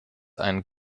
ein